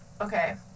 okay